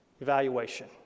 evaluation